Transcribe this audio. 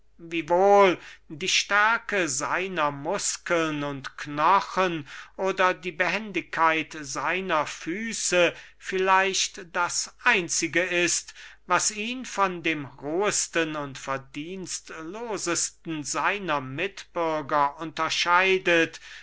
wiewohl die stärke seiner muskeln und knochen oder die behendigkeit seiner füße vielleicht das einzige ist was ihn von dem rohesten und verdienstlosesten seiner mitbürger unterscheidet